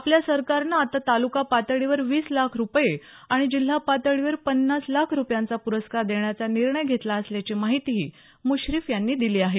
आपल्या सरकारनं आता तालुका पातळीवर वीस लाख रुपये आणि जिल्हा पातळीवर पन्नास लाख रुपयांचा पुरस्कार देण्याचा निर्णय घेतला असल्याची माहितीही मुश्रीफ यांनी दिली आहे